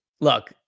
look